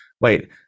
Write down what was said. wait-